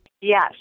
Yes